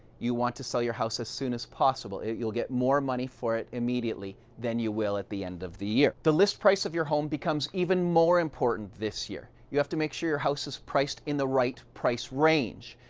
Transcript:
you want to sell your house as soon as possible. you'll get more money for it immediately than you will at the end of the year. the list price of your home becomes even more important this year. you have to make sure your house is priced in the right price range.